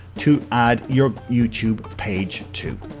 to add your youtube page to.